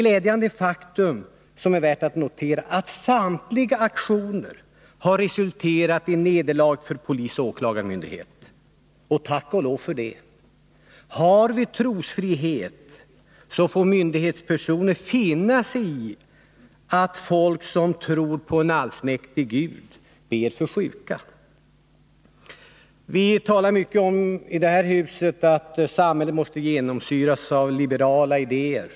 Glädjande nog kan vi notera att samtliga aktioner har resulterat i nederlag för polis och åklagarmyndighet — och tack och lov för det! Har vi trosfrihet, så får myndighetspersoner finna sig i att folk som tror på en allsmäktig Gud ber för sjuka. 15 I detta hus talar vi mycket om att samhället måste genomsyras av liberala idéer.